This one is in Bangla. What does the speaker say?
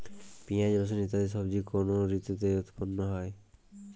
পিঁয়াজ রসুন ইত্যাদি সবজি কোন ঋতুতে উৎপন্ন হয়?